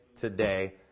today